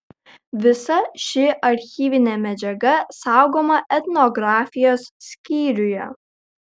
visa ši archyvinė medžiaga saugoma etnografijos skyriuje